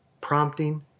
prompting